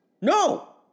No